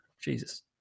Jesus